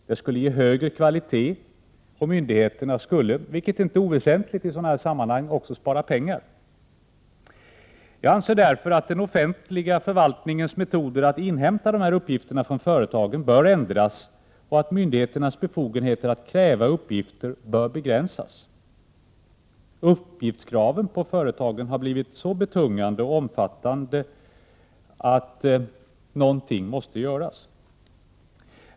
Det skulle ge högre kvalitet, och myndigheterna skulle — vilket inte är oväsentligt — spara pengar. Jag anser därför att den offentliga förvaltningens metoder att inhämta uppgifter från företagen bör ändras och att myndigheternas befogenheter att kräva uppgifter bör begränsas. Uppgiftskraven på företagen har nu blivit så omfattande och betungande att någonting måste göras.